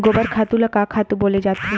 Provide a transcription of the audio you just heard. गोबर खातु ल का खातु बोले जाथे?